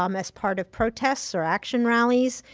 um as part of protests or action rallies.